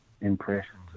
impressions